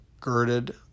girded